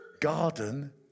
Garden